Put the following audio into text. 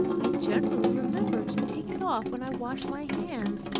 i generally remember to take it off when i wash my hands,